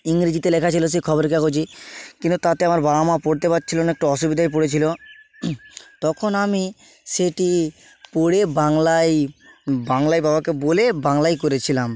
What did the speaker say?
ইংরেজিতে লেখা ছিল সে খবরের কাগজে কিন্তু তাতে আমার বাবা মা পড়তে পারছিল না একটু অসুবিধায় পড়েছিল তখন আমি সেটি পড়ে বাংলায় বাংলায় বাবাকে বলে বাংলায় করেছিলাম